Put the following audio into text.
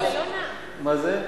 מה זה?